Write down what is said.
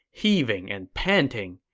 heaving and panting.